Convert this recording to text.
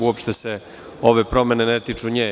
Uopšte se ove promene ne tiču nje.